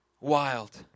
Wild